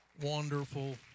wonderful